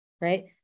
right